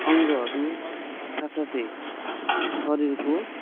अङ्गहरू साथ साथै शरीरको